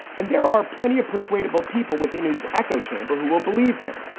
and there are plenty of persuadable people within his echo chamber who will believe him.